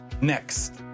next